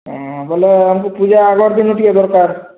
ହଁ ବୋଲେ ଆମକୁ ପୂଜା ଆଗର ଦିନୁ ଟିକେ ଦରକାର